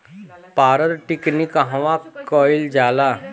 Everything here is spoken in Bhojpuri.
पारद टिक्णी कहवा कयील जाला?